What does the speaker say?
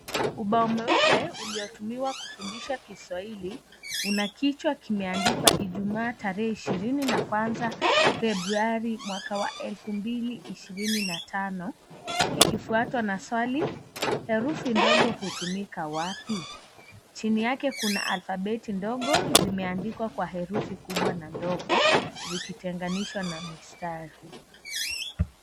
Ubao mweupe uliotumiwa kufundisha Kiswahili, una kichwa kimeandikwa Ijumaa tarehe ishirini na kwanza Februari mwaka wa elfu mbili ishirini na tano, ikifuatwa na swali, "Herufi ndogo hutumika wapi?" Chini yake kuna alfabeti ndogo zimeandikwa kwa herufi kubwa na ndogo, zikitenganishwa na mistari.